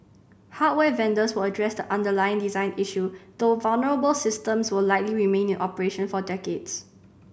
hardware vendors will address the underlying design issue though vulnerable systems will likely remain in operation for decades